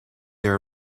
there